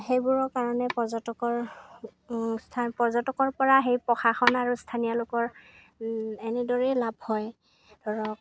সেইবোৰৰ কাৰণে পৰ্যটকৰ স্থান পৰ্যটকৰ পৰা সেই প্ৰশাসন আৰু স্থানীয় লোকৰ এনেদৰেই লাভ হয় ধৰক